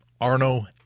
Arno